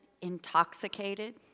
intoxicated